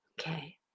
Okay